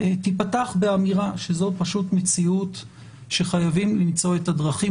תיפתח באמירה שזו פשוט מציאות שכולנו חייבים למצוא את הדרכים